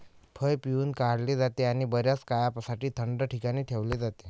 फळ पिळून काढले जाते आणि बर्याच काळासाठी थंड ठिकाणी ठेवले जाते